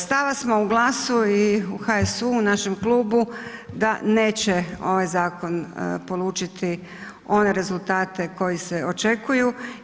Stava smo u GLAS-u i u HSU-u, našem klubu da neće ovaj zakon polučiti one rezultate koji se očekuju.